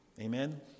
Amen